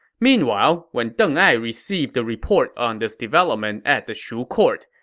meanwhile, when deng ai received the report on this development at the shu court,